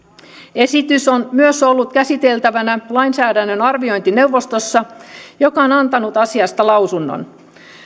esitys on myös ollut käsiteltävänä lainsäädännön arviointineuvostossa joka on antanut asiasta lausunnon